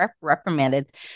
reprimanded